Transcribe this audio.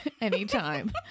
anytime